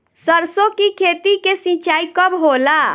सरसों की खेती के सिंचाई कब होला?